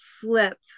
flip